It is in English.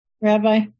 Rabbi